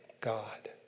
God